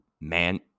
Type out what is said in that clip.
Man